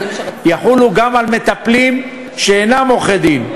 יחולו גם על מטפלים שאינם עורכי-דין,